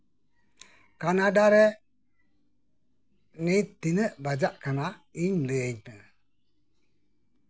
ᱠᱟᱱᱟᱰᱟᱨᱮ ᱱᱤᱛ ᱛᱤᱱᱟᱹᱜ ᱵᱟᱡᱟᱜ ᱠᱟᱱᱟ ᱤᱧ ᱞᱟᱹᱭᱟᱹᱧ ᱢᱮ